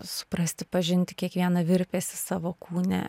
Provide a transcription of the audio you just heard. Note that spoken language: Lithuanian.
suprasti pažinti kiekvieną virpesį savo kūne